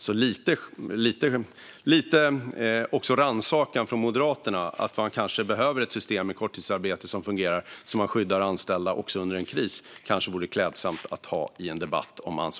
Det kanske vore klädsamt med lite rannsakan från Moderaterna i en debatt om ansvarsutkrävande att vi kanske behöver ett system med korttidsarbete som fungerar och skyddar anställda också under en kris.